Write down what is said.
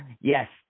Yes